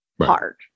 hard